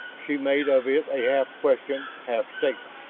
she made of it a half question, half statement.